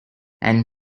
and